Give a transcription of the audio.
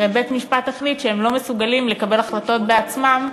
הרי בית-משפט החליט שהם לא מסוגלים לקבל החלטות בעצמם,